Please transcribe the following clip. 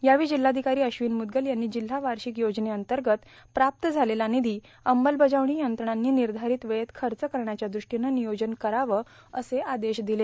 यावेळी जिल्हाधिकारी अश्विन मुद्गल यांनी जिल्हा वार्षिक योजनेअंतर्गत प्राप्त झालेला निधी अंमलबजावणी यंत्रणांनी निर्धारित वेळेत खर्च करण्याच्या दृष्टीनं नियोजन करावे असे आदेश दिले